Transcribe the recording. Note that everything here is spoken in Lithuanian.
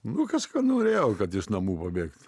nu kažką norėjau kadiš namų pabėgt